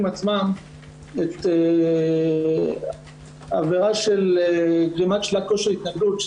עצמם את העבירה של גרימת שלילת כושר התנגדות,